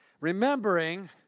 remembering